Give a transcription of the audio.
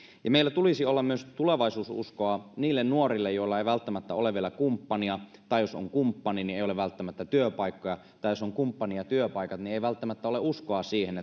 meillä tulisi olla myös tulevaisuususkoa niille nuorille joilla ei välttämättä ole vielä kumppania tai jos on kumppani niin ei ole välttämättä työpaikkoja tai jos on kumppani ja työpaikat niin ei välttämättä ole uskoa siihen